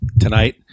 Tonight